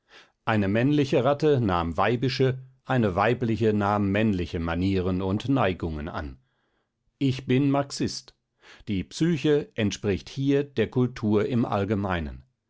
eine männliche ratte nahm weibische eine weibliche nahm männliche manieren und neigungen an ich bin marxist die psyche entspricht hier der kultur im allgemeinen